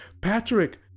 Patrick